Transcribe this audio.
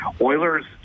Oilers